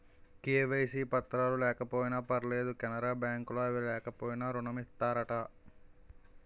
KYC పత్రాలు లేకపోయినా పర్లేదు కెనరా బ్యాంక్ లో అవి లేకపోయినా ఋణం ఇత్తారట